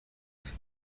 was